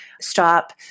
stop